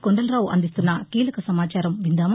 కొండలరావు అందిస్తున్న కీలక సమాచారం విందామా